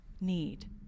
need